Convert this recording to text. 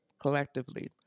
collectively